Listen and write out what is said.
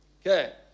Okay